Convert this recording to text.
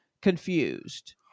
confused